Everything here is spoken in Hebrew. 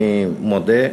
אני מודה,